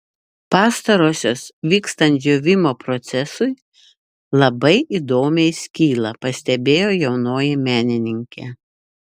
pastarosios vykstant džiūvimo procesui labai įdomiai skyla pastebėjo jaunoji menininkė